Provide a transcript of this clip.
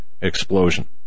explosion